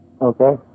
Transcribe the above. Okay